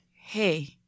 hey